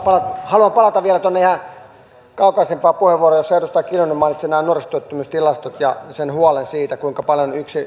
haluan palata vielä tuonne kaukaisempaan puheenvuoroon jossa edustaja kiljunen mainitsi nämä nuorisotyöttömyystilastot ja huolen siitä kuinka paljon yksi